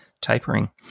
tapering